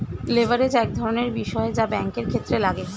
leverage এক ধরনের বিষয় যা ব্যাঙ্কের ক্ষেত্রে লাগে